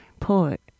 poet